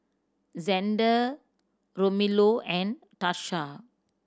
Zander Romello and Tarsha